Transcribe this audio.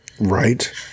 Right